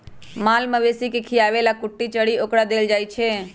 माल मवेशी के खीयाबे बला कुट्टी चरी ओकरा देल जाइ छै